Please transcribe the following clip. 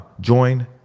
Join